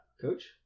Coach